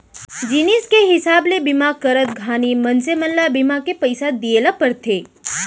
जिनिस के हिसाब ले बीमा करत घानी मनसे मन ल बीमा के पइसा दिये ल परथे